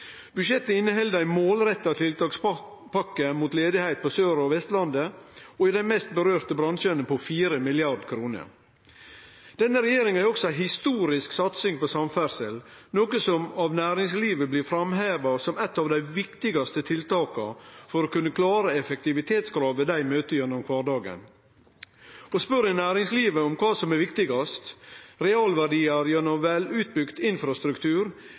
Budsjettet inneheld ei målretta tiltakspakke på 4 mrd. kr mot arbeidsløyse på Sør- og Vestlandet og i dei bransjane som er hardast ramma. Denne regjeringa har også ei historisk satsing på samferdsel, noko som av næringslivet blir framheva som eit av dei viktigaste tiltaka for å kunne klare effektivitetskravet dei møter gjennom kvardagen. Spør ein næringslivet om kva som er viktigast, realverdiar gjennom ein velutbygd infrastruktur